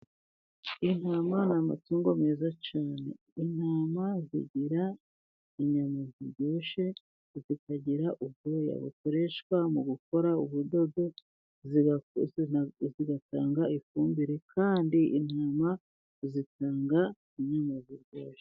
Intama ni amatungo meza cyane, intama zigira inyama ziryoshye, zikagira ubwoya bukoreshwa mu gukora ubudodo, zigatanga ifumbire, kandi intama zitanga imwe mutunzi.